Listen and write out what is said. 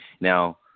Now